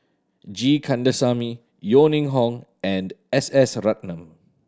G Kandasamy Yeo Ning Hong and S S Ratnam